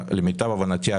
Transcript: למיטב הבנתי,